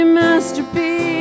masterpiece